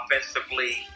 offensively